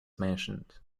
mentioned